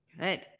Good